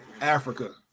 Africa